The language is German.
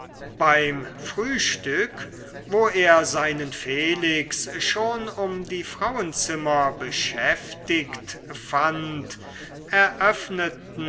beim frühstück wo er seinen felix schon um die frauenzimmer beschäftigt fand eröffneten